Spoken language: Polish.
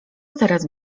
teraz